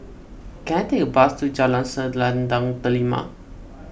can I take a bus to Jalan Selendang Delima